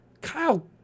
Kyle